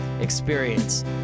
experience